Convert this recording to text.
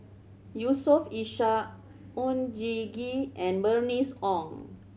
Yusof Ishak Oon Jin Gee and Bernice Ong